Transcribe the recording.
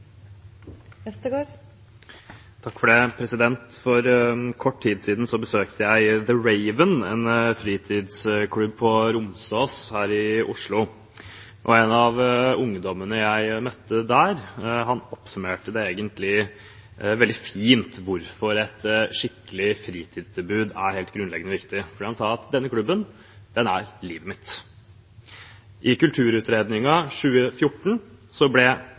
forslaget hun refererte til. For kort tid siden besøkte jeg The Raven, en fritidsklubb på Romsås her i Oslo. En av ungdommene jeg møtte der, oppsummerte egentlig veldig fint hvorfor et skikkelig fritidstilbud er grunnleggende viktig. Han sa at den klubben var livet hans. I Kulturutredningen 2014 ble det pekt på bibliotekene, Kulturskolen og fritidsklubbene som den kulturelle grunnmuren i